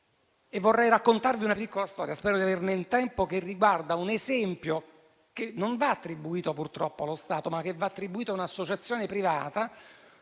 Vorrei raccontarvi una piccola storia - spero di averne il tempo - che riguarda un esempio che va attribuito purtroppo non allo Stato, ma a un'associazione privata,